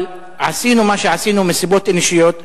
אבל עשינו מה שעשינו מסיבות אנושיות.